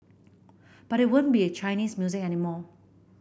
because it won't be Chinese music anymore